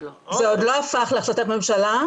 זה עוד לא הפך להחלטת ממשלה,